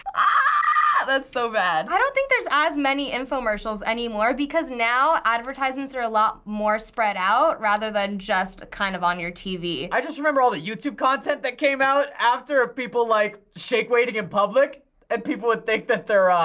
ah that's so bad. i don't think there's as many infomercials anymore, because now, advertisements are a lot more spread out rather than just kind of on your tv. i just remember all the youtube content that came out after of people like shake weighting in public, and people would think that they're ah